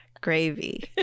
gravy